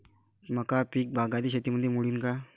मका पीक बागायती शेतीमंदी मोडीन का?